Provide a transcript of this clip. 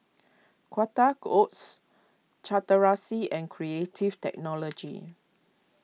Quaker Oats Chateraise and Creative Technology